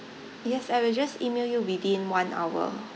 yes I will just email you within one hour